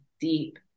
deep